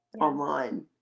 online